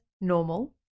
normal